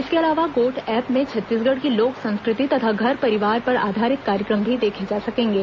इसके अलावा गोठ एप्प में छत्तीसगढ़ की लोक संस्कृति तथा घर परिवार पर आधारित कार्यक्रम भी देखे जा सकेंगे